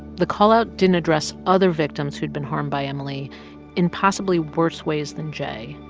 the call-out didn't address other victims who'd been harmed by emily in possibly worse ways than j.